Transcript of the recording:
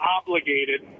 obligated